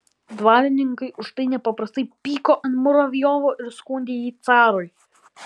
dvarininkai už tai nepaprastai pyko ant muravjovo ir skundė jį carui